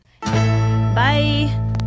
Bye